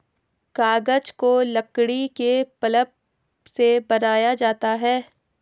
कागज को लकड़ी के पल्प से बनाया जाता है